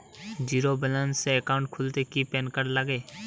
Zero balance account খুলতে কি PAN card লাগে?